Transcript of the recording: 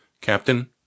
captain